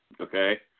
Okay